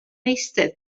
eistedd